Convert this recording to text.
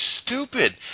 stupid